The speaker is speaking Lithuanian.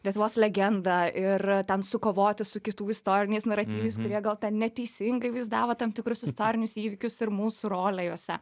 lietuvos legendą ir ten sukovoti su kitų istoriniais naratyvais kurie gal ten neteisingai vaizdavo tam tikrus istorinius įvykius ir mūsų rolę juose